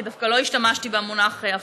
כי דווקא לא השתמשתי במונח הפרטה.